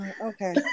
Okay